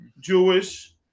Jewish